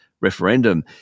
referendum